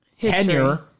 tenure